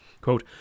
Quote